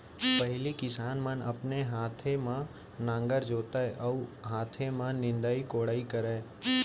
पहिली किसान मन अपने हाथे म नांगर जोतय अउ हाथे म निंदई कोड़ई करय